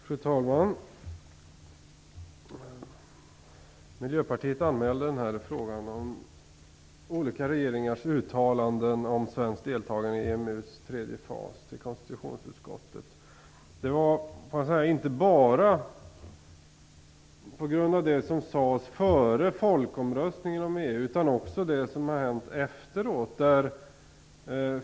Fru talman! Miljöpartiet anmälde den här frågan om olika regeringars uttalanden om svenskt deltagande i EMU:s tredje fas till konstitutionsutskottet. Det var inte bara på grund av det som sades om EU före folkomröstningen, utan också på grund av det som har hänt efteråt.